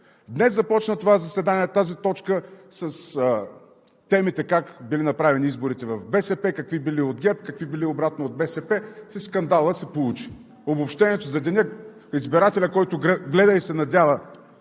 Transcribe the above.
Днес започна това заседание, тази точка, с темите: как били направени изборите в БСП, какви били от ГЕРБ, какви били обратно от БСП и скандалът се получи. Обобщението за деня – избирателят, който гледа и се надява